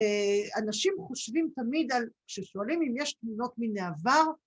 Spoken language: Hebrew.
‫אנשים חושבים תמיד על... ‫כששואלים אם יש תמונות מן העבר...